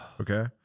Okay